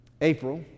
April